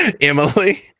Emily